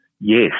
Yes